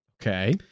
Okay